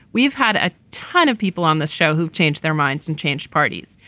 we've had a ton of people on this show who've changed their minds and changed parties.